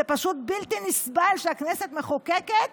זה פשוט בלתי נסבל שהכנסת מחוקקת